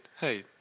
hey